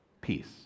Peace